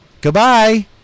goodbye